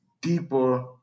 deeper